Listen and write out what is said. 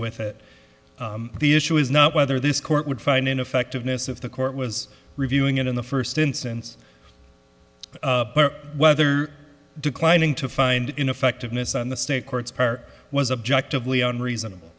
with it the issue is not whether this court would find ineffectiveness if the court was reviewing it in the first instance whether declining to find ineffectiveness on the state courts part was objective leon reasonable